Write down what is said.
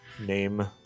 name